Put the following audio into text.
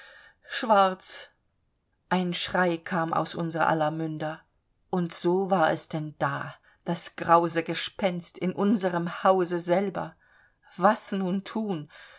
schwarz ein schrei kam aus unser aller munder und so war es denn da das grause gespenst in unserem hause selber was nun thun